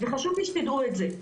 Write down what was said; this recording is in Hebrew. חשוב לי שתדעו את זה.